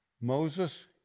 Moses